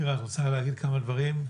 נירה, את רוצה להגיד כמה דברים?